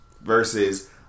versus